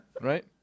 Right